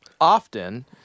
often